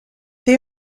they